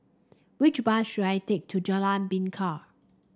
which bus should I take to Jalan Bingka